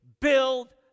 Build